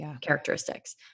characteristics